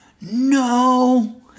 No